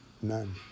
none